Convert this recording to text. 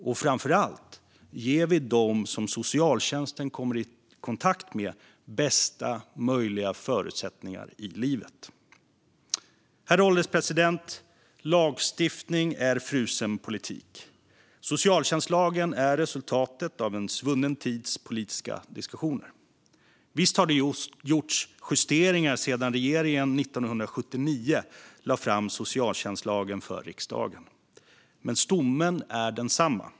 Och framför allt: Ger vi dem som socialtjänsten kommer i kontakt med bästa möjliga förutsättningar i livet? Herr ålderspresident! Lagstiftning är frusen politik. Socialtjänstlagen är resultatet av en svunnens tids politiska diskussioner. Visst har det gjorts justeringar sedan regeringen 1979 lade fram socialtjänstlagen för riksdagen, men stommen är densamma.